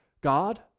God